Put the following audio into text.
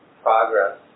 progress